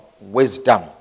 wisdom